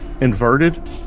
inverted